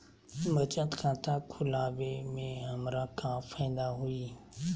बचत खाता खुला वे में हमरा का फायदा हुई?